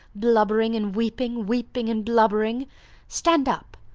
blubbering and weeping, weeping and blubbering stand up,